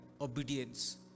obedience